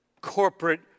corporate